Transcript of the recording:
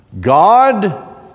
God